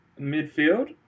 Midfield